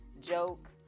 joke